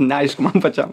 neaišku man pačiam